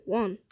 one